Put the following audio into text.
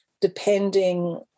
depending